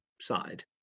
side